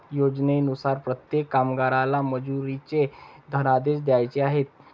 योजनेनुसार प्रत्येक कामगाराला मजुरीचे धनादेश द्यायचे आहेत